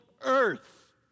earth